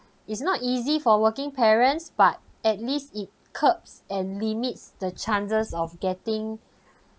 it's not easy for working parents but at least it curbs and limits the chances of getting